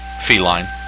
feline